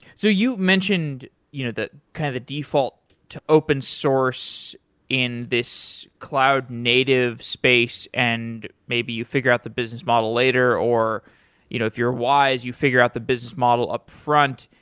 so you mentioned you know kind of the default to open source in this cloud native space and maybe you figure out the business model later, or you know if you're wise, you figure out the business model upfront.